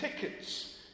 tickets